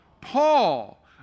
Paul